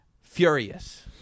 furious